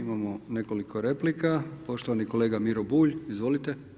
Imamo nekoliko replika, poštovani kolege Miro Bulj, izvolite.